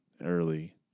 early